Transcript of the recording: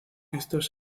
estos